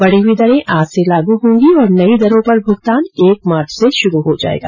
बढ़ी हुई दरें आज से लागू होंगी और नई दरों पर भुगतान एक मार्च से शुरू हो जाएगा